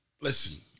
Listen